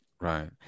right